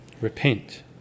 Repent